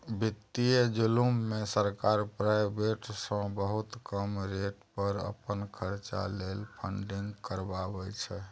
बित्तीय जुलुम मे सरकार प्राइबेट सँ बहुत कम रेट पर अपन खरचा लेल फंडिंग करबाबै छै